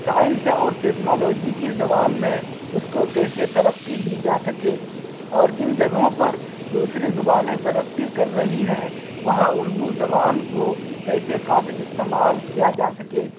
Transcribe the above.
science اور technology کی زبان میں اس کو کیسے ترقی دی جا سکے اور جن جگہوں پر دوسری زبانیں ترقی کر رہی ہیں وہاں اردو زبان کو کیسے قابل استعمال کیا جا سکے